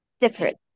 different